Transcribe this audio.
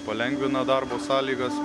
palengvina darbo sąlygas